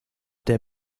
der